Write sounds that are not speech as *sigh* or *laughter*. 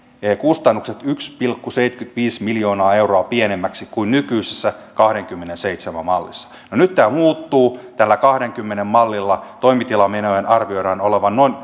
kustannukset yksi pilkku seitsemänkymmentäviisi miljoonaa euroa pienemmiksi kuin nykyisessä kahdenkymmenenseitsemän mallissa no nyt tämä muuttuu tällä kahdenkymmenen mallilla toimitilamenojen arvioidaan olevan noin *unintelligible*